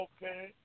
Okay